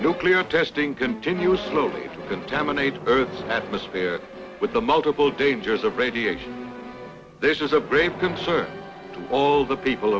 nuclear testing continues slowly contaminates births atmosphere with the multiple dangers of radiation this is a brave concern to all the people